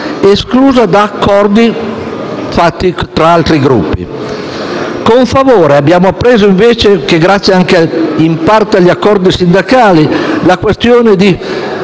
esclusa da accordi fatti da altri gruppi. Con favore abbiamo appreso, invece, che grazie anche, in parte, agli accordi sindacali la questione,